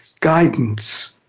guidance